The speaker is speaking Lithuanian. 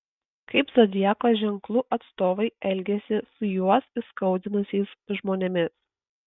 kaip zodiako ženklų atstovai elgiasi su juos įskaudinusiais žmonėmis